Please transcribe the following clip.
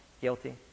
Guilty